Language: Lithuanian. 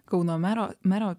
kauno mero mero